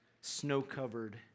snow-covered